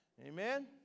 amen